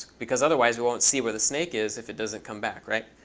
because, otherwise, we won't see where the snake is if it doesn't come back, right?